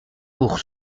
pour